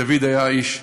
דוד היה איש נאמן,